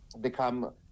become